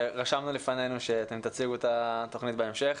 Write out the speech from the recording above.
רשמנו לפנינו שאתם תציגו את התוכנית בהמשך.